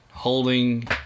holding